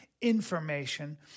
information